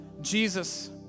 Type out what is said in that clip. Jesus